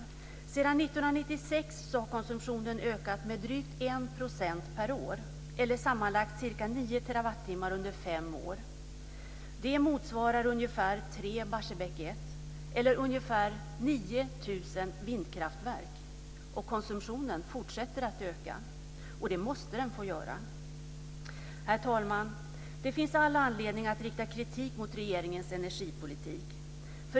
Sedan 1996 har konsumtionen ökat med drygt 1 % per år, eller sammanlagt ca 9 terawattimmar under fem år. Det motsvarar ungefär tre Barsebäck 1, eller ungefär 9 000 vindkraftverk. Konsumtionen fortsätter också att öka, och det måste den få göra. Herr talman! Det finns all anledning att rikta kritik mot regeringens energipolitik.